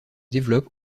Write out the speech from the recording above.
développe